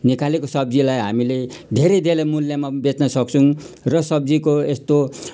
निकालेको सब्जीलाई हामीले धेरै धेरै मूल्यमा बेच्नु सक्छौँ र सब्जीको यस्तो